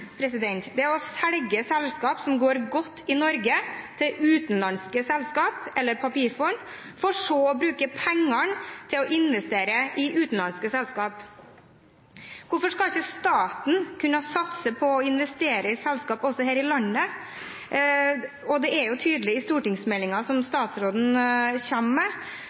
å selge selskaper som går godt i Norge, til utenlandske selskaper eller papirfond for så å bruke pengene til å investere i utenlandske selskaper. Hvorfor skal ikke staten kunne satse på å investere i selskaper også her i landet? Også i stortingsmeldingen som statsråden kommer med når det gjelder dette, er det tydelig